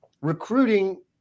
recruiting